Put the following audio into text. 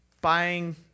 buying